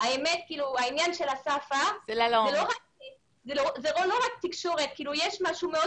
העניין של השפה הוא לא רק תקשורת אלא יש משהו מאוד